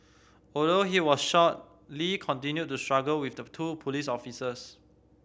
although he was shot Lee continued to struggle with the two police officers